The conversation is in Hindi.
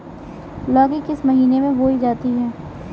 लौकी किस महीने में बोई जाती है?